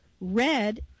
red